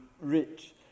rich